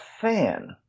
fan